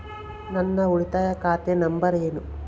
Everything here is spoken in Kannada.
ನನ್ನ ಉಳಿತಾಯ ಖಾತೆ ನಂಬರ್ ಏನು?